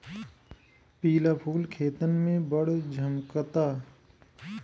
पिला फूल खेतन में बड़ झम्कता